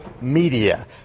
media